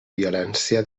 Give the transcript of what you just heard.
violència